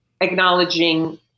acknowledging